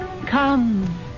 Come